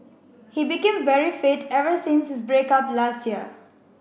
he became very fit ever since his break up last year